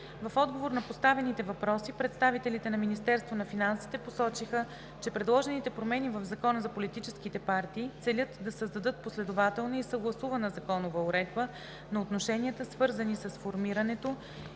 В отговор на поставените въпроси представителите на Министерството на финансите посочиха, че предложените промени в Закона за политическите партии целят да създадат последователна и съгласувана законова уредба на отношенията, свързани с формирането,